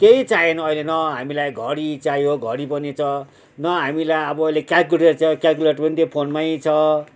केही चाहिएन अहिले न हामीलाई घडी चाहियो घडी पनि छ न हामीलाई अब अहिले क्यालकुलेटर चाहियो क्यालकुलेटर पनि त्यो फोनमै छ